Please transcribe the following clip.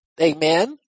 Amen